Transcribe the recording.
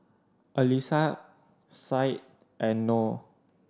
Alyssa Said and Noh